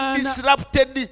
disrupted